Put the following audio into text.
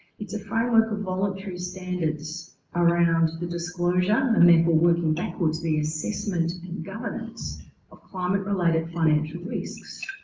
its a framework of voluntary standards around the disclosure and therefore working backwards the assessment and governance of climate related financial risks.